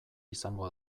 izango